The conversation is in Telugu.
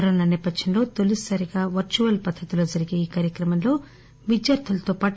కరోనా సేపథ్యంలో తొలిసారిగా వర్చువల్ పద్దతిలో జరిగే ఈ కార్యక్రమంలో విద్యా ర్థులతో పాటు